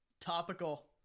Topical